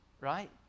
right